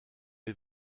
les